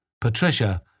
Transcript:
Patricia